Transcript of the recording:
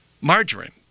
Margarine